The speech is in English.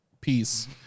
Peace